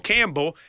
Campbell